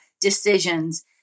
decisions